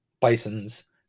Bisons